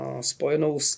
spojenou